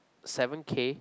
seven K